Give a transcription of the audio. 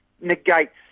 negates